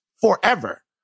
forever